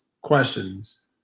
questions